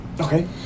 Okay